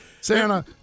Santa